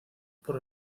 por